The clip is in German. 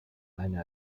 eine